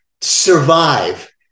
survive